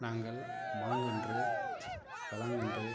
நாங்கள் மாங்கன்று பலங்கன்று